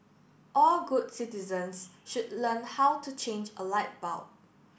all good citizens should learn how to change a light bulb